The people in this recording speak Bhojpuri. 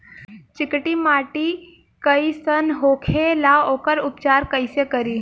चिकटि माटी कई सन होखे ला वोकर उपचार कई से करी?